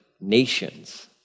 nations